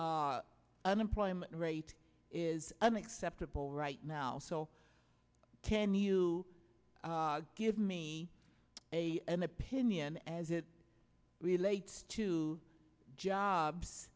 the unemployment rate is unacceptable right now so can you give me a an opinion as it relates to jobs